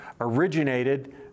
originated